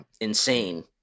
insane